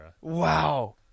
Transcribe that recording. Wow